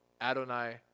Adonai